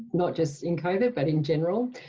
not just in covid. but in general.